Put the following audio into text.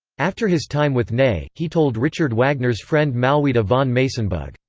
after his time with ney, he told richard wagner's friend malwida von meysenbug,